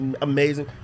amazing